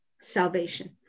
Salvation